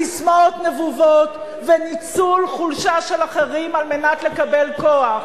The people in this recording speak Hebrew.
ססמאות נבובות וניצול חולשה של אחרים על מנת לקבל כוח,